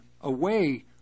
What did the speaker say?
away